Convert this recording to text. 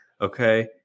okay